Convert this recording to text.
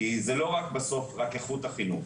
כי זה לא רק בסוף רק איכות החינוך,